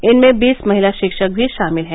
इनमें बीस महिला शिक्षक भी शामिल हैं